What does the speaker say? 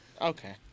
Okay